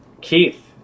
Keith